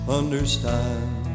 understand